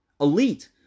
Elite